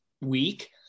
week